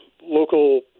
local